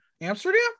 Amsterdam